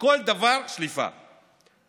וכל דבר, שליפה.